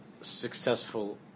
successful